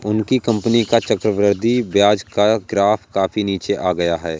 उनकी कंपनी का चक्रवृद्धि ब्याज का ग्राफ काफी नीचे आ गया है